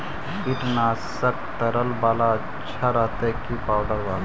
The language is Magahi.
कीटनाशक तरल बाला अच्छा रहतै कि पाउडर बाला?